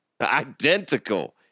Identical